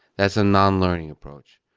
that's a non-learning approach.